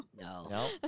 no